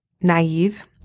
naive